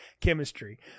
chemistry